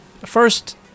first